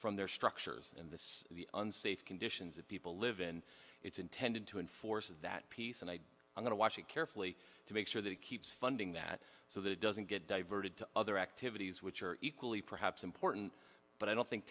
from their structures in this the unsafe conditions that people live in it's intended to enforce that peace and i am going to watch it carefully to make sure that it keeps funding that so that it doesn't get diverted to other activities which are equally perhaps important but i don't think